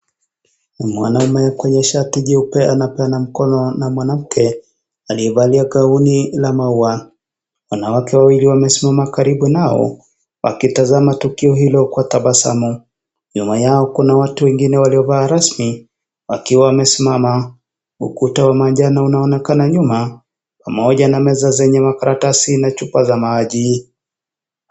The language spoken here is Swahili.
Mwanaume kwenye shati jeupe anapeana mkono na mwanamke aliyevalia kauni la maua. Wanawake wawili wamesimama karibu nao akitazama tukio hilo kwa tabasamu. Nyuma yao Kuna watu wengine waliovaa rasmi akiwa amesimama. huku dawa la manjano huonekana nyuma pamoja na meza zenye chuma na makaratasi na chupa za maji.